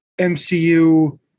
mcu